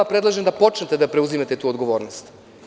Predlažem vam da počnete da preuzimate tu odgovornost.